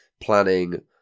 planning